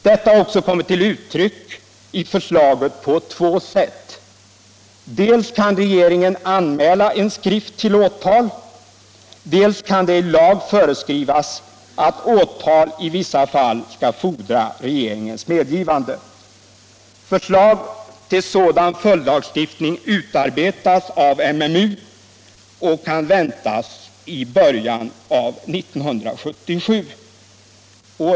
Detta har också kommit till uttryck i förslaget på två sätt: dels kan regeringen anmäla en skrift till åtal, dels kan det i lag föreskrivas att för åtal i vissa fall skall fordras regeringens medgivande. Förslag till sådan följdlagstiftning utarbetas nu och kan väntas i början av 1977.